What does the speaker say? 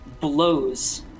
blows